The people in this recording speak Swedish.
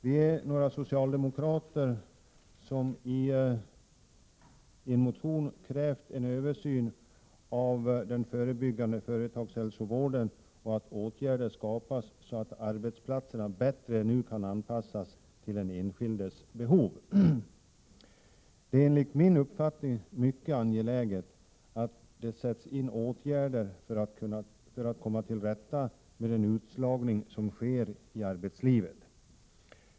Vi är några socialdemokrater som i motionen krävt att en översyn företas av den förebyggande företagshälsovården och att åtgärder vidtas för att arbetsplatserna bättre än nu skall kunna anpassas till den enskildes behov. Det är enligt min uppfattning mycket angeläget att det sätts in åtgärder för att komma till rätta med den utslagning som sker i arbetslivet.